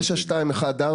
9214,